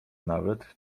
nawet